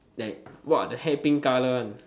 like !wah! the hair pink colour one